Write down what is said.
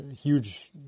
huge